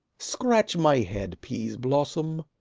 scratch my head, peaseblossom.